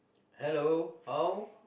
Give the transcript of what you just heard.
hello all